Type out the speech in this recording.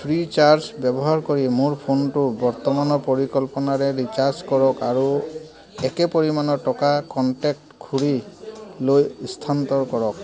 Freecharge ব্যৱহাৰ কৰি মোৰ ফোনটো বৰ্তমানৰ পৰিকল্পনাৰে ৰিচাৰ্জ কৰক আৰু একে পৰিমাণৰ টকা কণ্টেক্ট খুড়ীলৈ স্থানান্তৰ কৰক